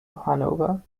hanover